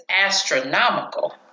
astronomical